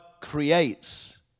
creates